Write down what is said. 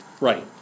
Right